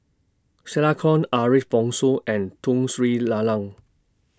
Stella Kon Ariff Bongso and Tun Sri Lalang